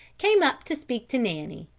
came up to speak to nanny,